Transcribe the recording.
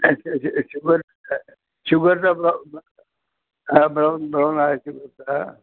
अ sugar शुगरचा हा brown brown आहे शुगरचा